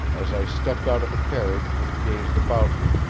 as i stepped out of the carriage and gazed about me,